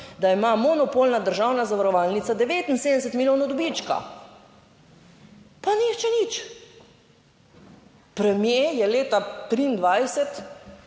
da ima monopolna državna zavarovalnica 79 milijonov dobička, pa nihče nič. Premier je leta 2023